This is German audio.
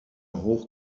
hoch